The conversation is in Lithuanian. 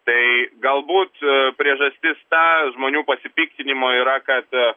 tai galbūt priežastis ta žmonių pasipiktinimo yra kad